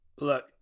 Look